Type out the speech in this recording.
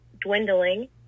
dwindling